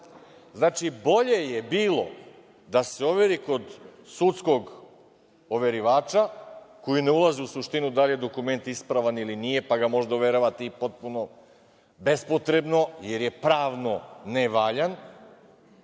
Znači, bolje je bilo da se overi kod sudskog overivača, koji ne ulazi u suštinu da li je dokument ispravan ili ne, pa ga možda overavate potpuno bespotrebno, jer je pravno ne valjan,